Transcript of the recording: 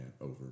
over